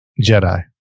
Jedi